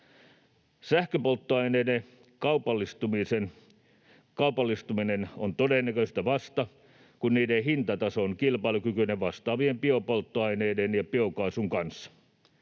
Sähköpolttoaineiden kaupallistuminen on todennäköistä vasta, kun niiden hintataso on kilpailukykyinen vastaavien biopolttoaineiden ja biokaasun kanssa.